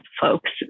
folks